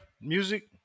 music